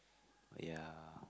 ya